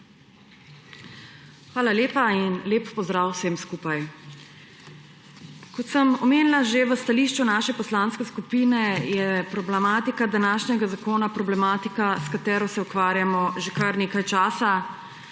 Hvala lepa in lep pozdrav vsem skupaj! Kot sem omenila že v stališču naše poslanske skupine, je problematika današnjega zakona problematika, s katero se ukvarjamo že kar nekaj časa,